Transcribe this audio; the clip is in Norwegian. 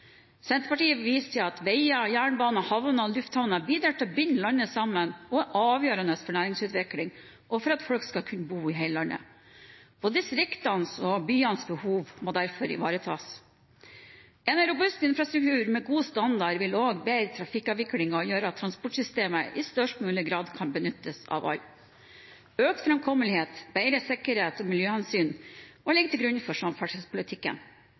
Senterpartiet viser til at veier, jernbane, havner og lufthavner bidrar til å binde landet sammen og er avgjørende for næringsutvikling og for at folk skal kunne bo i hele landet. Både distriktenes og byenes behov må derfor ivaretas. En robust infrastruktur med god standard vil også bedre trafikkavviklingen og gjøre at transportsystemet i størst mulig grad kan benyttes av alle. Økt framkommelighet, bedre sikkerhet og miljøhensyn må ligge til grunn for samferdselspolitikken.